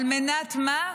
על מנת מה?